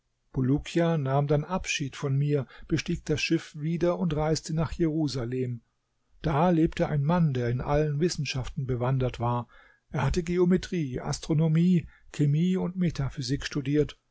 nahm dann abschied von mir bestieg das schiff wieder und reiste nach jerusalem da lebte ein mann der in allen wissenschaften bewandert war er hatte geometrie astronomie chemie und metaphysik studiert